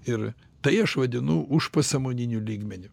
ir tai aš vadinu užpasąmoniniu lygmeniu